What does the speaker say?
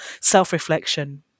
self-reflection